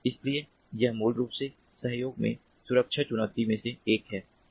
इसलिए यह मूल रूप से सहयोग में सुरक्षा चुनौतियों में से एक है